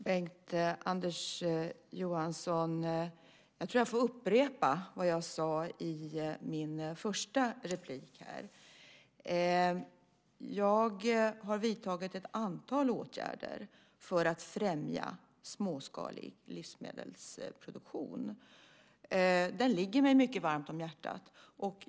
Herr talman! Jag tror att jag får upprepa vad jag sade i mitt första inlägg, Bengt-Anders Johansson. Jag har vidtagit ett antal åtgärder för att främja småskalig livsmedelsproduktion. Den ligger mig mycket varmt om hjärtat.